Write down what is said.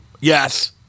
Yes